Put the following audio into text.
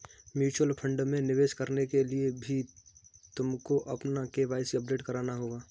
mutual fund में निवेश करने के लिए भी तुमको अपना के.वाई.सी अपडेट कराना होगा